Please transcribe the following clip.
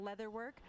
leatherwork